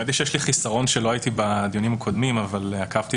יש לי חסרון כי לא הייתי בדיונים הקודמים אבל עקבתי